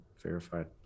verified